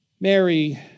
Mary